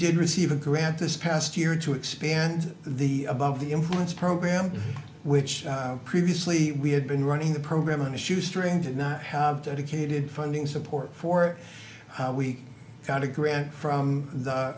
did receive a grant this past year to expand the above the influence program which previously we had been running the program on a shoestring did not have dedicated funding support for we got a grant from